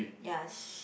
yes